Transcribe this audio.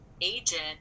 agent